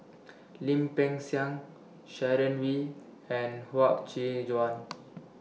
Lim Peng Siang Sharon Wee and Huang Qi Joan